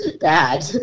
Bad